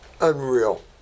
unreal